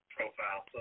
Profile